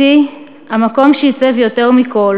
אותי המקום שעיצב יותר מכול